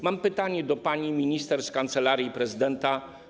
Mam pytanie do pani minister z Kancelarii Prezydenta.